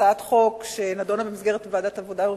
חוק שנדונה במסגרת ועדת העבודה והרווחה,